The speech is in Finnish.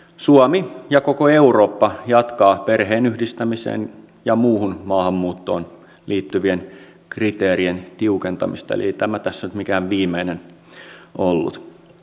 suomi ja koko eurooppa jatkavat perheenyhdistämiseen ja muuhun maahanmuuttoon liittyvien kriteerien tiukentamista eli ei tämä tässä nyt mikään viimeinen ollut